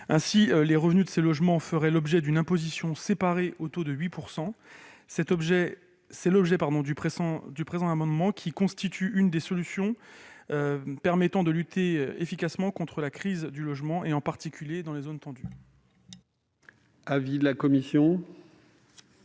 Ainsi, les revenus de ces logements feraient l'objet d'une imposition séparée au taux de 8 %. Ce dispositif constitue l'une des solutions permettant de lutter efficacement contre la crise du logement, en particulier dans les zones tendues. Quel est l'avis de la commission ?